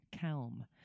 Calm